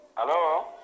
Hello